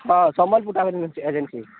ହଁ ସମ୍ବଲପୁର ଟ୍ରାଭେଲ ଏଜେ ଏଜେନ୍ସି